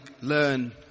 learn